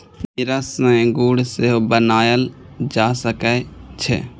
नीरा सं गुड़ सेहो बनाएल जा सकै छै